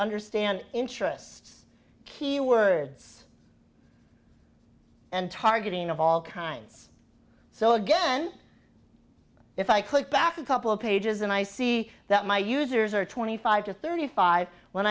understand interests keywords and targeting of all kinds so again if i click back a couple of pages and i see that my users are twenty five to thirty five when